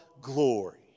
glory